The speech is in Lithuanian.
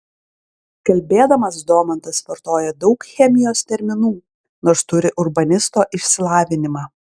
kalbėdamas domantas vartoja daug chemijos terminų nors turi urbanisto išsilavinimą